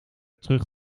terug